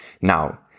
Now